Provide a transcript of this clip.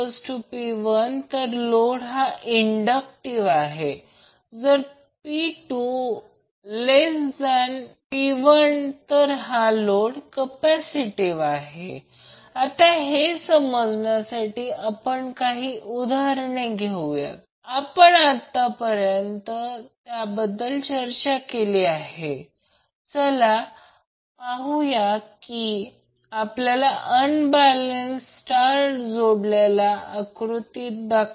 4kVAr असेल आणि दुसरी गोष्ट म्हणजे कॅपेसिटर सीपी मूल्य येथे मोजले जात नाही हे एक डेल्टा कनेक्टेड कॅपेसिटर आहे यातून सीपीचे मूल्य काय आहे हे शोधण्याचा प्रयत्न करा मायक्रो फराडमध्ये उत्तर असेल ते येथे दिलेले नाही परंतु मी सुचवितो की कृपया ते करा आणि ही एक अतिशय सोपी गोष्ट आहे ती स्वतः करा